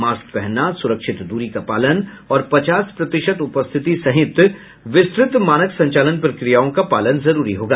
mask पहनना सुरक्षित दूरी का पालन और पचास प्रतिशत उपस्थिति सहित विस्तृत मानक संचालन प्रक्रियाओं का पालन जरूरी होगा